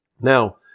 Now